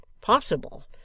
Possible